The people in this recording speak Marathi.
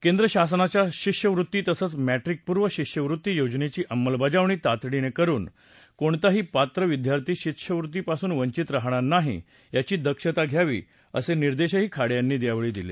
केंद्र शासनाच्या शिष्यवृत्ती तसंच मर्ट्रिकपूर्व शिष्यवृत्ती योजनेची अंमलबजावणी तातडीनं करुन कोणताही पात्र विद्यार्थी शिष्यवृत्ती पासून वंचित राहणार नाही याची दक्षता घ्यावी असे निर्देशही खाडे यांनी यावेळी दिले